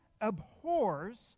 abhors